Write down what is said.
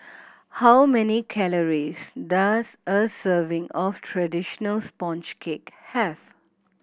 how many calories does a serving of traditional sponge cake have